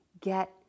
get